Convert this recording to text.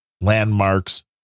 landmarks